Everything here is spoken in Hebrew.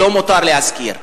לא מותר להשכיר.